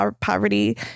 poverty